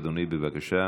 אדוני, בבקשה,